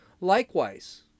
Likewise